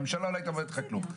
הממשלה לא הייתה מממנת לך כלום,